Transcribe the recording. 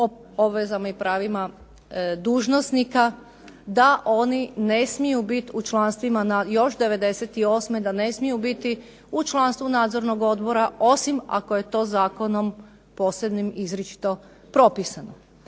obvezama i pravima dužnosnika da oni ne smiju biti još '98. da ne smiju biti u članstvu nadzornog odbora, osim ako je to zakonom posebnim izričito propisano.